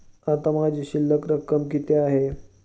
आता माझी शिल्लक रक्कम किती आहे?